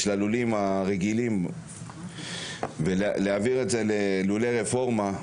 הלולים הרגילים ולהעביר את זה ללולי רפורמה,